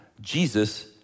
Jesus